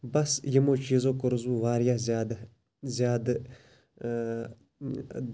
بَس یِمو چیٖزو کوٚرُس بہٕ واریاہ زیادٕ زیادٕ